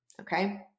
Okay